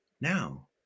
Now